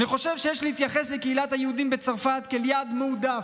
אני חושב שיש להתייחס לקהילת היהודים בצרפת כאל יעד מועדף,